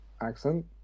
accent